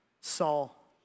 Saul